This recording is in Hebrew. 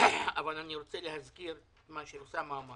אבל אני רוצה להזכיר מה שאוסאמה אמר